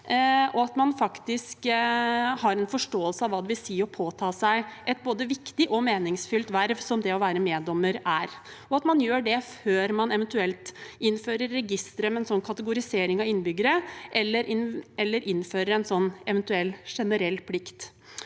og at man faktisk har en forståelse av hva det vil si å påta seg et både viktig og meningsfylt verv, som det å være meddommer er – og at man gjør det før man eventuelt innfører registre med en kategorisering av innbyggere eller innfører en eventuell generell plikt.